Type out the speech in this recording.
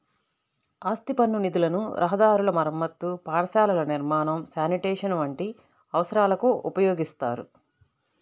ఆస్తి పన్ను నిధులను రహదారుల మరమ్మతు, పాఠశాలల నిర్మాణం, శానిటేషన్ వంటి అవసరాలకు ఉపయోగిత్తారు